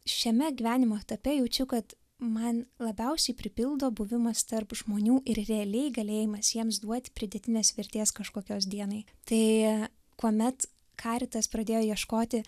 šiame gyvenimo etape jaučiu kad man labiausiai pripildo buvimas tarp žmonių ir realiai galėjimas jiems duoti pridėtinės vertės kažkokios dienai tai kuomet karitas pradėjo ieškoti